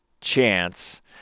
chance